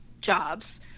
jobs